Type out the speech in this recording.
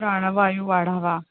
प्राणवायू वाढावा